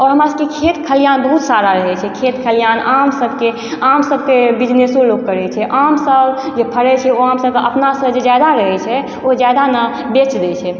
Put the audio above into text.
आओर हमरा सबके खेत खरिहान बहुत सारा रहै छै खेत खरिहान आम सबके आम सबके बिजनेसो लोक करै छै आम सब जे फरै छै ओ आम सब अपनासँ जे जादा रहै छै ओ जादा ने बेच दै छै